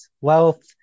wealth